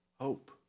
hope